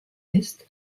ist